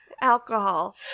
Alcohol